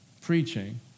preaching